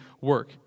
work